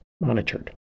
monitored